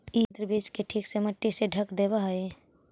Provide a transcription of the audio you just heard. इ यन्त्र बीज के ठीक से मट्टी से ढँक देवऽ हई